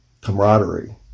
camaraderie